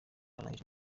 arangije